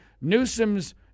Newsom's